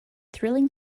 thrilling